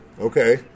Okay